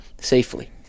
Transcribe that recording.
safely